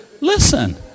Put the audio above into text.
Listen